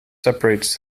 separates